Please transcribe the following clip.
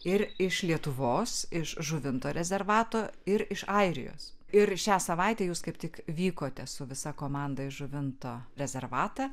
ir iš lietuvos iš žuvinto rezervato ir iš airijos ir šią savaitę jūs kaip tik vykote su visa komanda į žuvinto rezervatą